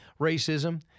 racism